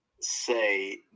say